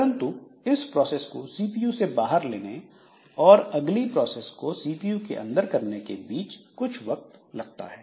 परंतु इस प्रोसेस को सीपीयू से बाहर लेने और अगली प्रोसेस को सीपीयू के अंदर करने के बीच कुछ वक्त लगता है